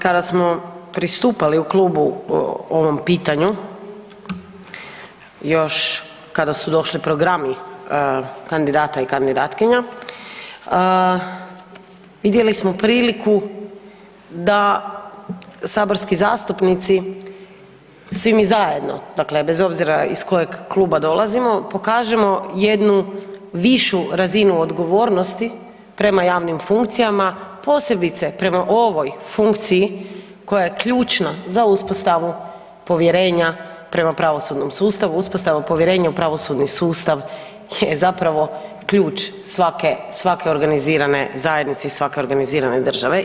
Kada smo pristupali u klubu ovom pitanju još kada su došli programi kandidata i kandidatkinja vidjeli smo priliku da saborski zastupnici, svi mi zajedno, dakle bez obzira iz kojeg kluba dolazimo pokažemo jednu višu razinu odgovornosti prema javnim funkcijama posebice prema ovoj funkciji koja je ključna za uspostavu povjerenja prema pravosudnom sustavu, uspostavu povjerenja u pravosudni sustav je zapravo ključ svake organizirane zajednice i svake organizirane države.